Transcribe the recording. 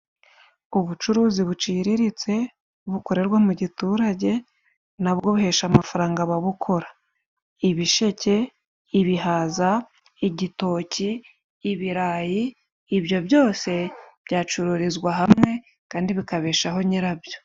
Ubucuruzi buciriritse bukorerwa mu giturage nabwo buhesha amafaranga ababukora. Ibisheke, ibihaza, igitoki, ibirayi, ibyo byose byacururizwa hamwe kandi bikabeshaho nyirabyo.